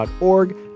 org